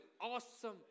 awesome